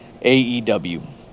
AEW